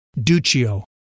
Duccio